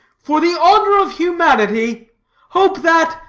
for the honor of humanity hope that,